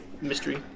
mystery